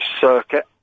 circuit